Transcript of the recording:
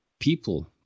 people